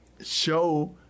show